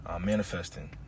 manifesting